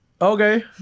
Okay